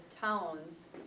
towns